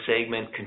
segment